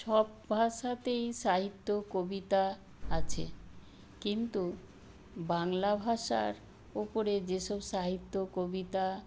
সব ভাষাতেই সাহিত্য কবিতা আছে কিন্তু বাংলা ভাষার উপরে যেসব সাহিত্য কবিতা